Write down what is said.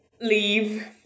Leave